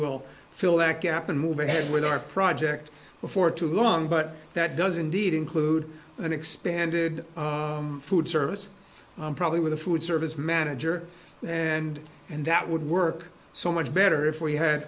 will fill that gap and move ahead with our project before too long but that does indeed include an expanded food service probably with a food service manager and and that would work so much better if we had